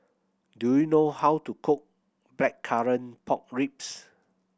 do you know how to cook Blackcurrant Pork Ribs